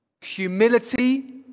Humility